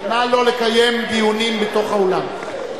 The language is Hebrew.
נא לא לקיים דיונים בתוך האולם.